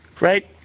Right